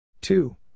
Two